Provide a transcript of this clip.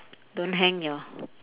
don't hang your